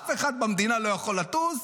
אף אחד במדינה לא יכול לטוס,